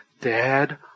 Dad